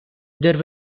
there